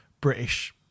British